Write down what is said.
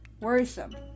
Worrisome